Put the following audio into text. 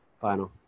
Final